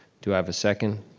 do i have a second?